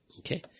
Okay